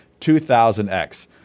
2000X